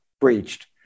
breached